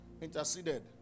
interceded